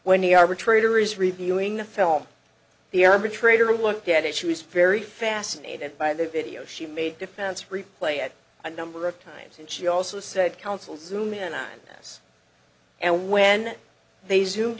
the arbitrator is reviewing the film the arbitrator looked at it she was very fascinated by the video she made defense replay at a number of times and she also said counsel zoom in on this and when they